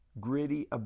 gritty